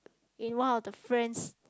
in one of the friend's